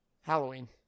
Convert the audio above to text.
Halloween